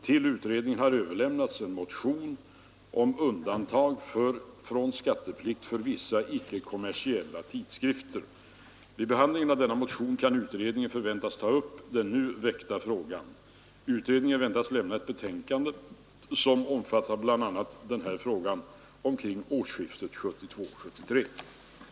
Till utredningen har överlämnats en motion, nr 1365 år 1971, om undantag från skatteplikt för vissa icke kommersiella tidskrifter. Vid behandlingen av denna motion kan utredningen förväntas ta upp den nu väckta frågan. Utredningen väntas lämna ett betänkande som omfattar bl.a. denna fråga omkring årsskiftet 1972-1973.